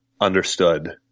understood